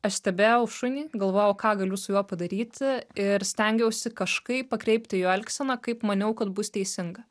aš stebėjau šunį galvojau ką galiu su juo padaryti ir stengiausi kažkaip pakreipti jo elgseną kaip maniau kad bus teisinga